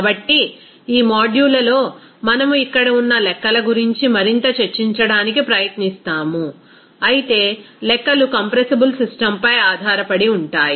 కాబట్టి ఈ మాడ్యూల్లో మనము ఇక్కడ ఉన్న లెక్కల గురించి మరింత చర్చించడానికి ప్రయత్నిస్తాము అయితే లెక్కలు కంప్రెసిబుల్ సిస్టమ్పై ఆధారపడి ఉంటాయి